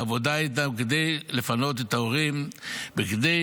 לעבודה איתם כדי לפנות את ההורים וכדי